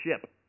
ship